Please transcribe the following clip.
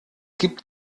gibt